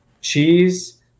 cheese